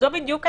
זו בדיוק הבעיה,